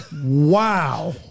Wow